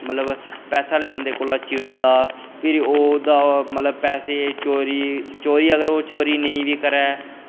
मतलब पैहे आह्ले बंदे कोला दा चिड़दा फिर ओह्दा मतलब पैहे चोरी अगर ओह् चोरी नेईं बी करै